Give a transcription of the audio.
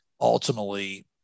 ultimately